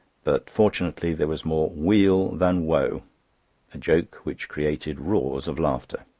but fortunately there was more wheel than woe a joke which created roars of laughter.